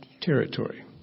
territory